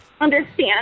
understand